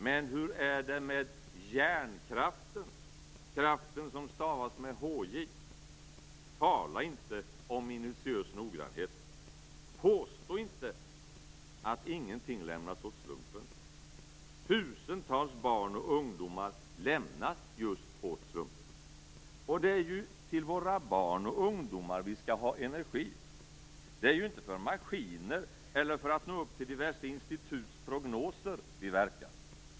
Men hur är det med hjärnkraften, kraften som stavas med hj? Tala inte om minutiös noggrannhet! Påstå inte att ingenting lämnas åt slumpen! Tusentals barn och ungdomar lämnas just åt slumpen. Och det är ju till våra barn och ungdomar vi skall ha energi. Det är ju inte för maskiner eller för att nå upp till diverse instituts prognoser vi verkar.